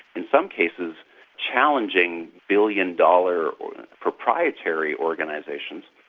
in some cases challenging billion-dollar proprietary organisations.